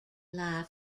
life